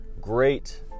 great